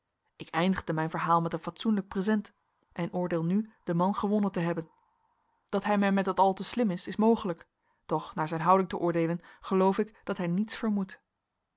ik eindigde mijn verhaal met een fatsoenlijk present en oordeel nu den man gewonnen te hebben dat hij mij met dat al te slim is is mogelijk doch naar zijn houding te oordeelen geloof ik dat hij niets vermoedt